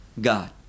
god